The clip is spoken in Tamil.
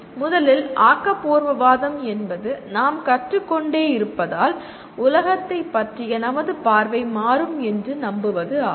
முதலில் ஆக்கபூர்வவாதம் என்பது நாம் கற்று கொண்டே இருப்பதால் உலகத்தைப் பற்றிய நமது பார்வை மாறும் என்று நம்புவது ஆகும்